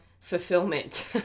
fulfillment